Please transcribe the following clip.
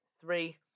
three